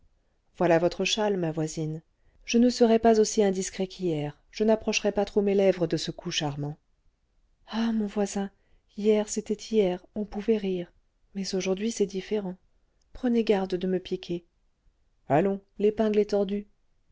voilà votre châle ma voisine je ne serai pas aussi indiscret qu'hier je n'approcherai pas trop mes lèvres de ce cou charmant ah mon voisin hier c'était hier on pouvait rire mais aujourd'hui c'est différent prenez garde de me piquer allons l'épingle est tordue